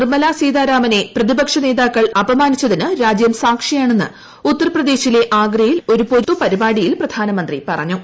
നിർമ്മല സീതാരാമനെ പ്രതിപക്ഷ നേതാക്കൾ അപമാനിച്ചതിന് രാജ്യം സാക്ഷിയാണെന്ന് ഉത്തർപ്രദേശിലെ ആഗ്രയിൽ ഒരു പൊതു പരിപാടിയിൽ പ്രധാനമന്ത്രി പറഞ്ഞു